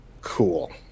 Cool